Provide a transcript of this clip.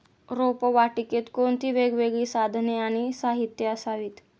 रोपवाटिकेत कोणती वेगवेगळी साधने आणि साहित्य असावीत?